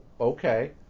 okay